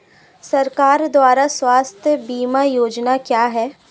सरकार द्वारा स्वास्थ्य बीमा योजनाएं क्या हैं?